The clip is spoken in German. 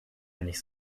ähnlich